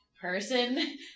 person